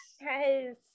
Yes